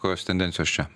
kokios tendencijos čia